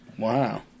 Wow